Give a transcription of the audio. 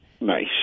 Nice